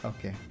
Okay